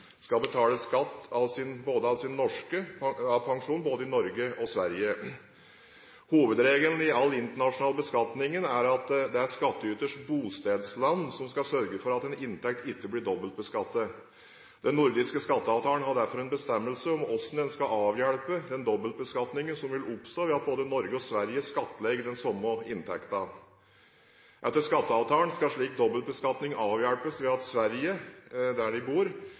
skal betale skatt av sin norske pensjon både i Norge og i Sverige. Hovedregelen i all internasjonal beskatning er at det er skattyterens bostedsland som skal sørge for at en inntekt ikke blir dobbeltbeskattet. Den nordiske skatteavtalen har derfor en bestemmelse om hvordan man skal avhjelpe den dobbeltbeskatningen som vil oppstå ved at både Norge og Sverige skattlegger den samme inntekten. Etter skatteavtalen skal slik dobbeltbeskatning avhjelpes ved at Sverige – der de bor